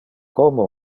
como